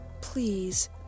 please